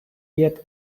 yet